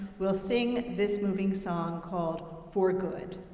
will sing this moving song called for good.